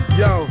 yo